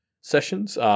sessions